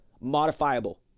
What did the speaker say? modifiable